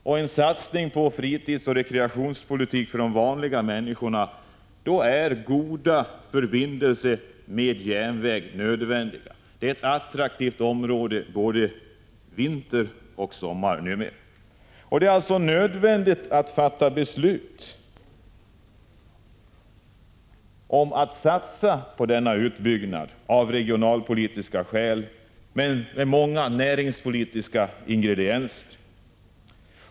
I en satsning på fritidsoch rekreationspolitik för de vanliga människorna är goda förbindelser med järnväg nödvändiga. Det är ett attraktivt område både vinter och sommar numera. Och det är alltså nödvändigt att fatta beslut om att satsa på denna utbyggnad av regionalpolitiska skäl. Men det är en utbyggnad med många näringspolitiska ingredienser.